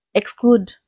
exclude